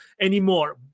anymore